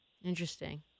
Interesting